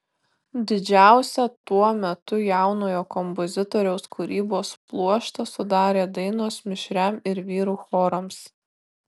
didžiausią tuo metu jaunojo kompozitoriaus kūrybos pluoštą sudarė dainos mišriam ir vyrų chorams